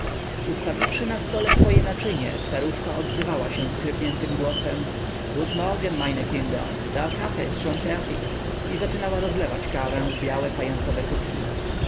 ustawiwszy na stole swoje naczynie staruszka odzywała się schrypniętym głosem gut morgen meine kinder der kaffee ist schon fertig i zaczynała rozlewać kawę w białe fajansowe kubki